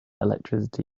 electricity